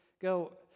go